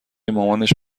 مامانش